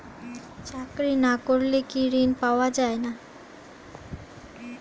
চাকরি না করলে কি ঋণ পাওয়া যায় না?